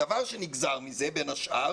הדבר שנגזר מזה, בין השאר,